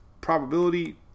probability